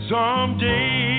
Someday